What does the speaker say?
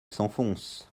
s’enfonce